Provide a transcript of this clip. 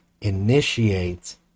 initiates